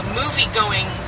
movie-going